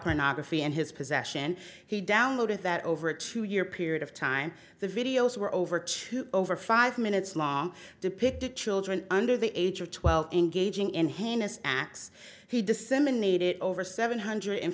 pornography in his possession he downloaded that over a two year period of time the videos were over to over five minutes long depicted children under the age of twelve engaging in hannah's acts he disseminate it over seven hundred